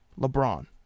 LeBron